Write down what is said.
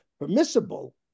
permissible